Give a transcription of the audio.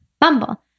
Bumble